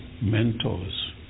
mentors